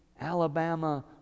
Alabama